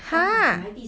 !huh!